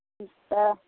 तऽ